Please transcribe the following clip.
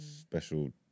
Special